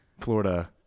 Florida